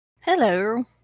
hello